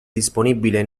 disponibile